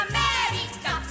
America